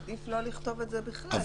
עדיף לא לכתוב את זה בכלל,